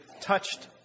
touched